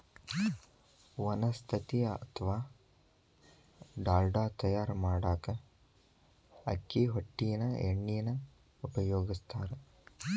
ವನಸ್ಪತಿ ಅತ್ವಾ ಡಾಲ್ಡಾ ತಯಾರ್ ಮಾಡಾಕ ಅಕ್ಕಿ ಹೊಟ್ಟಿನ ಎಣ್ಣಿನ ಉಪಯೋಗಸ್ತಾರ